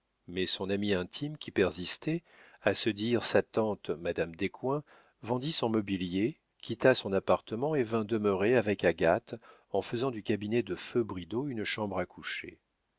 mais son amie intime qui persistait à se dire sa tante madame descoings vendit son mobilier quitta son appartement et vint demeurer avec agathe en faisant du cabinet de feu bridau une chambre à coucher